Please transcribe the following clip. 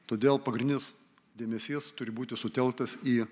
todėl pagrindinis dėmesys turi būti sutelktas į